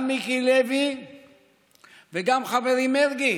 גם מיקי לוי וגם חברי מרגי